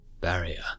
barrier